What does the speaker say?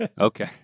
Okay